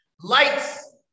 lights